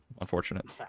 unfortunate